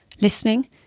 listening